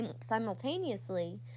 simultaneously